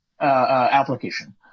application